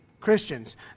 Christians